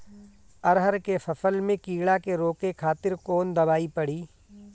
अरहर के फसल में कीड़ा के रोके खातिर कौन दवाई पड़ी?